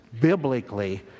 biblically